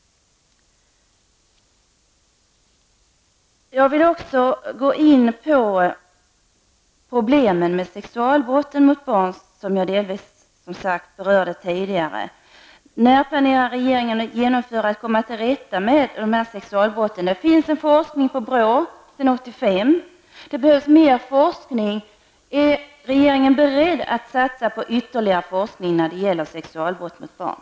Jag har delvis redan berört problemen med sexualbrott mot barn. När planerar regeringen att verkligen komma till rätta med dessa brott? BRÅ bedrev forskning på detta område redan 1985, men det behövs mer forskning. Är regeringen beredd att satsa på ytterligare forskning kring sexualbrott mot barn?